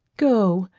go,